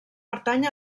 pertany